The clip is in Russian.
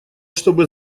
чтобы